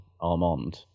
Armand